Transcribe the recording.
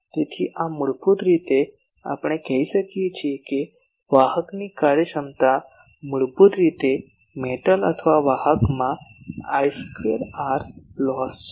તેથી આ મૂળભૂત રીતે આપણે કહી શકીએ કે વાહક કાર્યક્ષમતા મૂળભૂત રીતે મેટલ અથવા વાહક માં I સ્ક્વેર Rloss છે